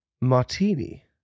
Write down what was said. martini